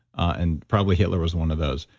and probably hitler was one of those.